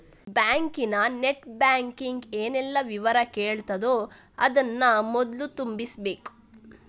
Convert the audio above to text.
ಬ್ಯಾಂಕಿನ net banking ಏನೆಲ್ಲ ವಿವರ ಕೇಳ್ತದೋ ಅದನ್ನ ಮೊದ್ಲು ತುಂಬಿಸ್ಬೇಕು